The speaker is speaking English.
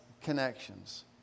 connections